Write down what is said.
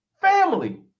family